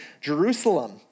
Jerusalem